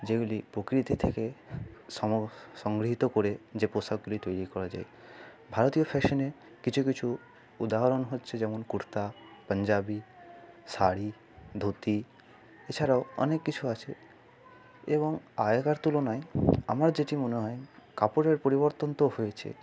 যেগুলি প্রকৃতি থেকে সংগৃহীত করে যে পোশাকগুলি তৈরি করা যায় ভারতীয় ফ্যাশানে কিছু কিছু উদাহরণ হচ্ছে যেমন কুর্তা পাঞ্জাবী শাড়ি ধুতি এছাড়াও অনেক কিছু আছে এবং আগেকার তুলনায় আমার যেটি মনে হয় কাপড়ের পরিবর্তন তো হয়েছে